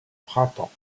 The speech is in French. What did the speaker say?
printemps